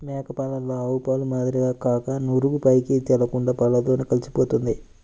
మేక పాలలో ఆవుపాల మాదిరిగా కాక నురుగు పైకి తేలకుండా పాలతో కలిసిపోతుంది